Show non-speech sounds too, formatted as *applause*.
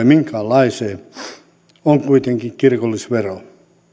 *unintelligible* minkäänlaiseen kuitenkin kirkollisvero